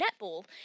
netball